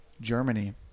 Germany